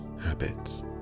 habits